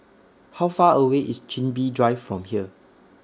How Far away IS Chin Bee Drive from here